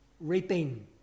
reaping